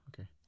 Okay